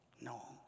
No